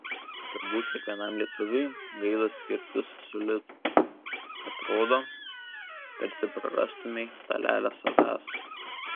turbūt kiekvienam lietuviui gaila skirtis su litu atrodo tarsi prarastumei dalelę savęs